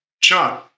John